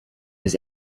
his